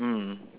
mm